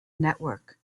network